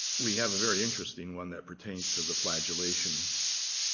we have a very interesting one that pertains to the flagellation.